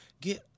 get